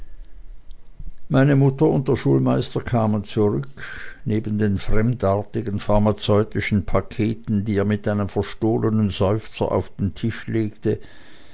meine mutter und der schulmeister kamen zurück neben den fremdartigen pharmazeutischen paketen die er mit einem verstohlenen seufzer auf den tisch legte